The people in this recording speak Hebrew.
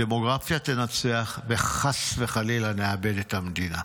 הדמוגרפיה תנצח, וחס וחלילה, נאבד את המדינה.